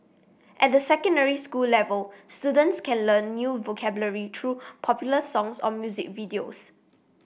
at the secondary school level students can learn new vocabulary through popular songs or music videos